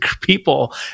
people